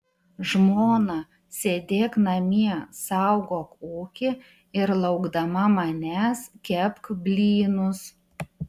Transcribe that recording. žmona sėdėk namie saugok ūkį ir laukdama manęs kepk blynus